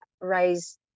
raise